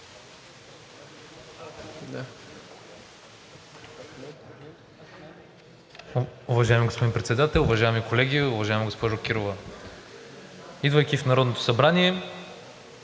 Уважаеми господин Председател, уважаеми колеги! Уважаема госпожо Кирова, идвайки в Народното събрание,